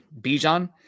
Bijan